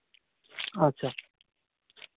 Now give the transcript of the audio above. ᱟᱪᱪᱷᱟ